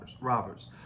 robbers